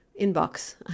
inbox